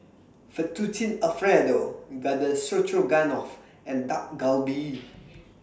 Fettuccine Alfredo Garden Stroganoff and Dak Galbi